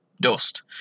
dust